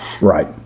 right